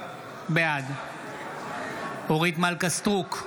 בעד אורית מלכה סטרוק,